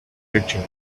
preaching